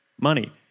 money